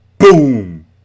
Boom